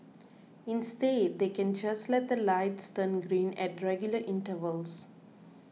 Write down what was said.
instead they can just let the lights turn green at regular intervals